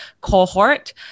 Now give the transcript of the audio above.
cohort